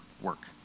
work